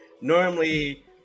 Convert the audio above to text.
normally